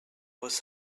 was